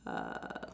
uh